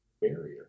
barrier